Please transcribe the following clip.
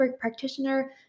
practitioner